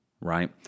right